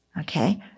Okay